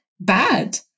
Bad